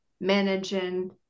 managing